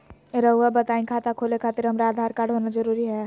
रउआ बताई खाता खोले खातिर हमरा आधार कार्ड होना जरूरी है?